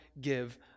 give